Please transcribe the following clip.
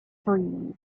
frieze